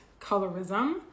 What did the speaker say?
colorism